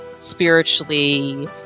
spiritually